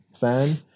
fan